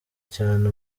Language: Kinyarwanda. cyane